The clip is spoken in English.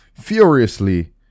furiously